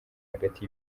hagati